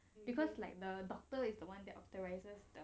because like the doctor is the one that authorises the